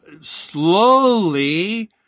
slowly